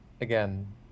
again